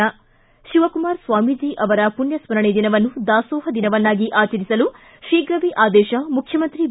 ಿದ್ದ ಶಿವಕುಮಾರ್ ಸ್ವಾಮೀಜಿ ಅವರ ಪುಣ್ಯಸ್ಮರಣೆ ದಿನವನ್ನು ದಾಸೋಹ ದಿನವನ್ನಾಗಿ ಆಚರಿಸಲು ಶೀಘವೇ ಆದೇಶ ಮುಖ್ಯಮಂತ್ರಿ ಬಿ